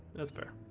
that's fair